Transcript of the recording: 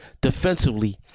defensively